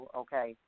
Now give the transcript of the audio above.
okay